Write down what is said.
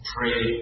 Pray